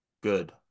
Good